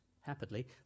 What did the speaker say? happily